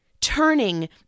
turning